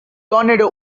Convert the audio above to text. tornado